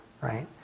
right